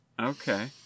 Okay